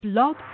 blog